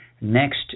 next